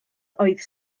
oedd